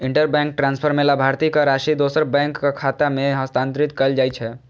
interbank transfer मे लाभार्थीक राशि दोसर बैंकक खाता मे हस्तांतरित कैल जाइ छै